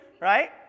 right